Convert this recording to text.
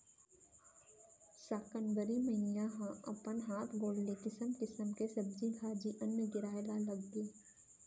साकंबरी मईया ह अपन हात गोड़ ले किसम किसम के सब्जी भाजी, अन्न गिराए ल लगगे